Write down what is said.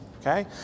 Okay